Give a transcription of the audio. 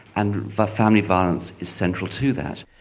and family violence is central to that.